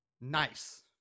Nice